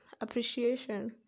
appreciation